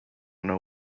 know